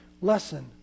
lesson